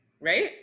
right